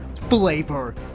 Flavor